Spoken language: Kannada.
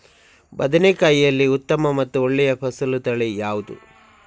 ಬದನೆಕಾಯಿಯಲ್ಲಿ ಉತ್ತಮ ಮತ್ತು ಒಳ್ಳೆಯ ಫಸಲು ತಳಿ ಯಾವ್ದು?